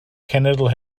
cenedl